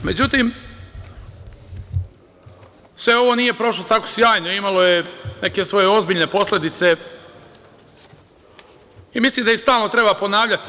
Međutim, sve ovo nije prošlo tako sjajno, imalo je neke svoje ozbiljne posledice i mislim da ih stalno treba ponavljati.